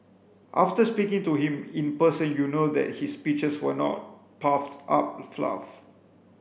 after speaking to him in person you know that his speeches were not puffed up fluff